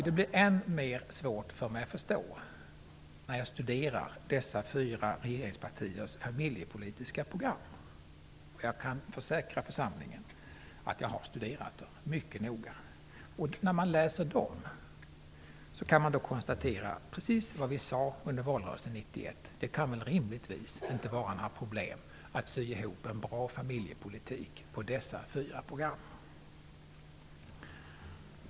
Det blir än mer svårt för mig att förstå när jag studerar de fyra regeringspartiernas familjepolitiska program. Jag kan försäkra församlingen att jag har studerat dem mycket noga. När man läser dem kan man konstatera precis vad vi sade under valrörelsen 1991, nämligen att det rimligtvis inte kunde vara några problem att sy ihop en bra familjepolitik utifrån dessa fyra program.